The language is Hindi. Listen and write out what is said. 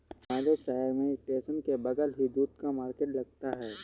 हमारे शहर में स्टेशन के बगल ही दूध का मार्केट लगता है